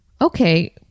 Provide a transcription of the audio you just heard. Okay